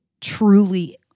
truly